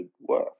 work